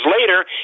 later